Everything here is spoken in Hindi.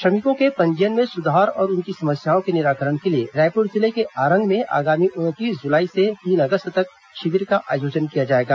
श्रमिकों के पंजीयन में सुधार और उनकी समस्याओं के निराकरण के लिए रायपुर जिले के आरंग में आगामी उनतीस जुलाई से तीन अगस्त तक शिविर का आयोजन किया जाएगा